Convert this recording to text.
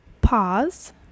pause